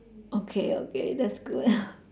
okay okay that's good